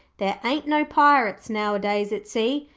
there ain't no pirates nowadays at sea,